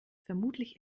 vermutlich